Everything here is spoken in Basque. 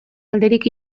alderik